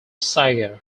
cigar